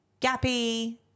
gappy